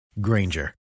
Granger